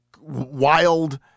wild